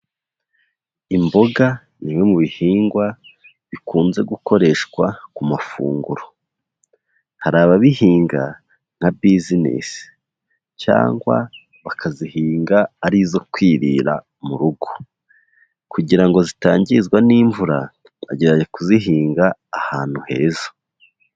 Imboga ni imwe mu bihingwa bikunze gukoreshwa ku mafunguro, hari ababihinga nka bizinesi, cyangwa bakazihinga ari izo kwirira mu rugo, kugira ngo zitangizwa n'imvura, agerageza kuzihinga ahantu heza.